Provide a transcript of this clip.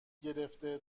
گرفته